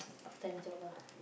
part-time job ah